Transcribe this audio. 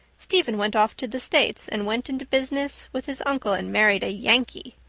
stephen went off to the states and went into business with his uncle and married a yankee.